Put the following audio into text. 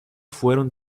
fueron